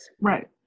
Right